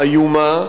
איומה,